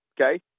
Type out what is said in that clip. okay